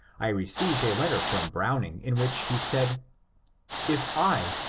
i received a letter from browning in which he said if i,